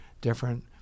different